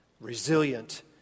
resilient